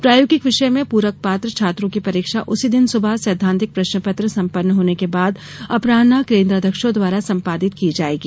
प्रायोगिक विषय में पूरक पात्र छात्रों की परीक्षा उसी दिन सुबह सैद्वांतिक प्रश्नपत्र संपन्न होने के बाद अपरान्ह केन्द्राध्यक्षों द्वारा संपादित की जायेगी